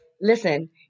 Listen